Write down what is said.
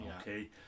Okay